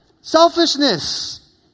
Selfishness